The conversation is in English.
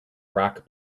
rock